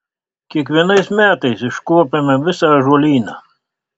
kiekvienais metais iškuopiame visą ąžuolyną